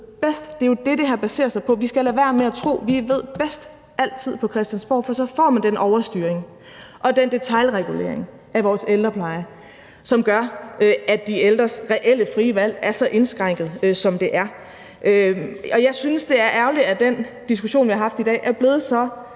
det er det, det her baserer sig på. Vi skal lade være med at tro, at vi på Christiansborg altid ved bedst, for så får man den overstyring og den detailregulering af vores ældrepleje, som gør, at de ældres reelle frie valg er så indskrænkede, som de er. Jeg synes, det er ærgerligt, at den diskussion, vi har haft i dag, er blevet så